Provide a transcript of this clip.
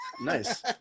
nice